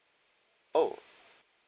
oh